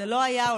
זה לא היה,